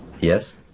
Yes